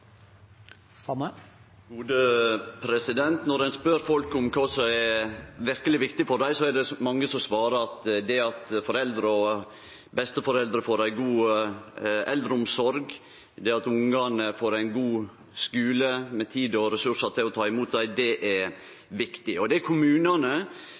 viktig for dei, er det mange som svarer at det er at foreldre og besteforeldre får ei god eldreomsorg, og at ungane får ein god skule med tid og ressursar til å ta imot dei – det